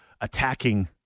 attacking